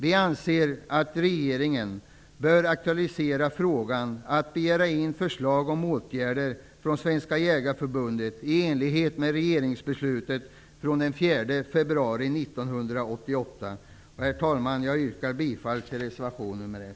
Vi anser att regeringen bör aktualisera frågan om att begära in förslag om åtgärder från Svenska jägareförbundet i enlighet med regeringsbeslutet från den 4 februari 1988. Herr talman! Jag yrkar bifall till reservation 1.